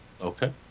Okay